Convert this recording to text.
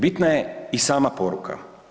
Bitna je i sama poruka.